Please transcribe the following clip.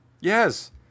yes